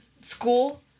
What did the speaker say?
school